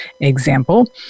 example